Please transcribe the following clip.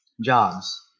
jobs